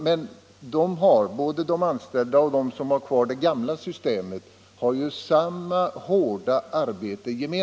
Men både de som är anställda och de som har kvar det gamla systemet har samma hårda arbete.